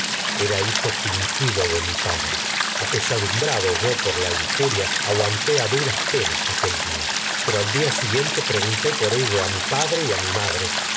era hijo fin gido de mi a padre apesadumbrado yo por la injuria aguanté gunté ron duras penas aquel día pero al siguiente pre ello a mi padre y a mi madre